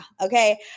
Okay